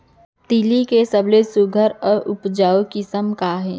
तिलि के सबले सुघ्घर अऊ उपजाऊ किसिम का हे?